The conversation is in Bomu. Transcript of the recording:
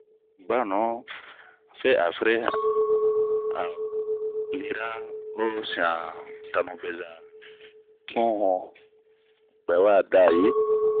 Banuh fe afere a o lira osian tanu beza. n'bɛ wa dayi.